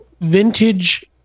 vintage